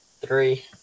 Three